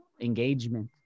engagement